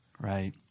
Right